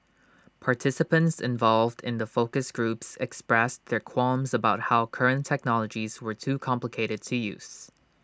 participants involved in the focus groups expressed their qualms about how current technologies were too complicated to use